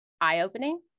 eye-opening